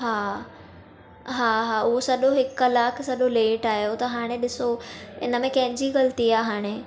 हा हा हा उहो सॾियो हिकु कलाकु सॾियो लेट आयो त हाणे ॾिसो इन में कंहिंजी ग़लती आहे हाणे